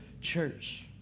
church